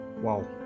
Wow